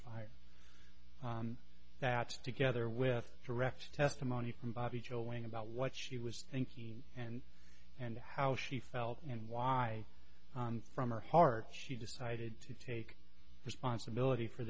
fire that together with direct testimony from bobbi jo ing about what she was thinking and and how she felt and why from her heart she decided to take responsibility for